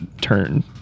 turn